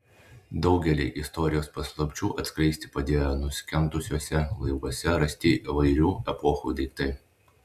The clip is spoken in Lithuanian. daugelį istorijos paslapčių atskleisti padėjo nuskendusiuose laivuose rasti įvairių epochų daiktai